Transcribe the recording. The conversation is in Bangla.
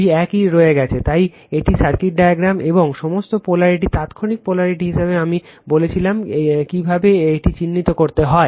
2 একই রয়ে গেছে তাই এটি সার্কিট ডায়াগ্রাম এবং সমস্ত পোলারিটি তাত্ক্ষণিক পোলারিটি হিসাবে আমি বলেছিলাম কিভাবে এটি চিহ্নিত করতে হয়